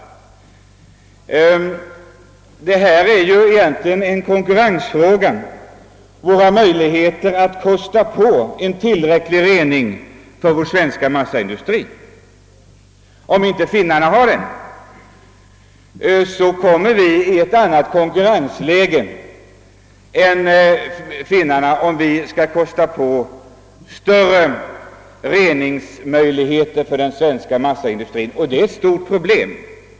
Detta är egentligen en konkurrensfråga och en fråga om våra möjligheter att kosta på tillräcklig rening av avfallsprodukterna från vår svenska massaindustri. Om inte finnarna har sådan rening kommer vi i sämre konkurrensläge, om vi skall kosta på större reningsmöjligheter för den svenska massaindustrien, och det är ett stort problem.